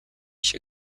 się